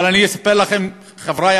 אבל אספר לכם, חברי